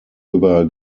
über